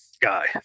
guy